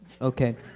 Okay